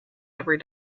every